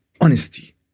honesty